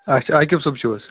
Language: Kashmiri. آ اَچھا آکِب صٲب چھِو حظ